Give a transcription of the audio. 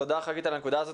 חגית, תודה על הנקודה הזו.